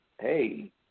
hey